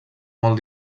molt